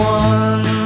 one